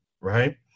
right